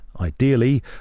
ideally